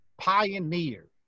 Pioneer